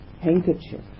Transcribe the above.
handkerchief